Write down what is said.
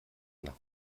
nach